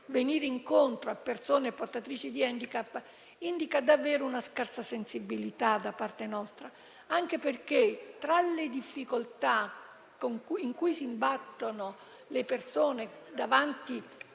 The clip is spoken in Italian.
venire incontro a persone portatrici di *handicap* indica davvero una scarsa sensibilità da parte nostra, anche perché sono tante le difficoltà in cui si imbattono le persone davanti